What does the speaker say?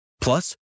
Plus